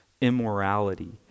immorality